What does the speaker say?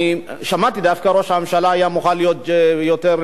שמעתי דווקא שראש הממשלה היה מוכן להיות יותר נדיב,